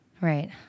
Right